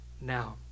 now